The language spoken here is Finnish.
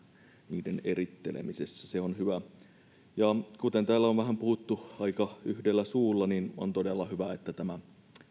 niiden erittelemisessä se on hyvä kuten täällä on vähän puhuttu aika yhdellä suulla niin on todella hyvä että